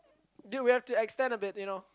dude we have to extend a bit you know